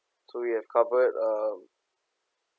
so we have covered um